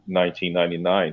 1999